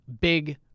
big